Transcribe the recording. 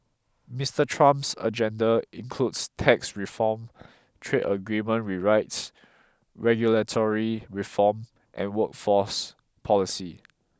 Mister Trump's agenda includes tax reform trade agreement rewrites regulatory reform and workforce policy